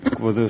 ו-1538.